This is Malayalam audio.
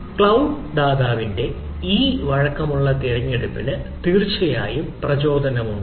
ക്ലൌഡ് ദാതാവിന്റെ ഈ വഴക്കമുള്ള തിരഞ്ഞെടുപ്പിന് തീർച്ചയായും പ്രചോദനമുണ്ട്